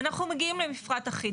ואנחנו מגיעים למפרט אחיד.